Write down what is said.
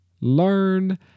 learn